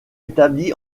établi